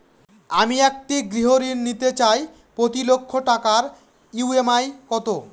আমি একটি গৃহঋণ নিতে চাই প্রতি লক্ষ টাকার ই.এম.আই কত?